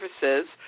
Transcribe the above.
services